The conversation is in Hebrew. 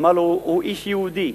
אמר לו: הוא איש יהודי.